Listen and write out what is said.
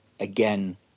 Again